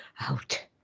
out